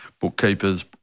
bookkeepers